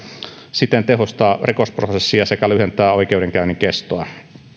siten tehostaa rikosprosessia sekä lyhentää oikeudenkäynnin kestoa